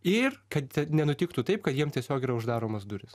ir kad nenutiktų taip kad jiems tiesiog yra uždaromos durys